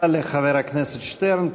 תודה לחבר הכנסת שטרן.